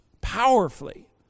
powerfully